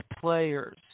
players